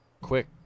quick